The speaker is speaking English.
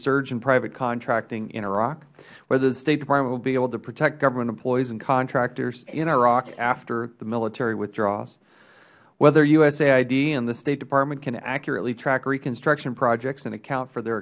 surge and private contracting in iraq whether the state department will be able to protect government employees and contractors in iraq after the military withdraws whether usaid and the state department can accurately track reconstruction projects and account for their